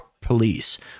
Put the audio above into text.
Police